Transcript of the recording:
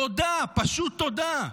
תודה, פשוט תודה.